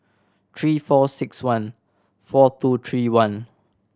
three four six one four two three one